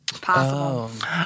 Possible